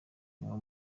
niwo